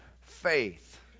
faith